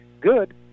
good